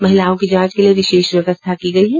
महिलाओं की जांच के लिए विशेष व्यवस्था की गयी है